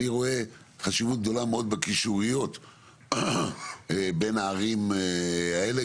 אני רואה חשיבות גדולה מאוד בקישוריות בין הערים האלה,